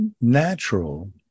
natural